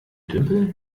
tümpel